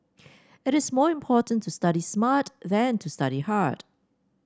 it is more important to study smart than to study hard